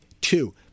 Two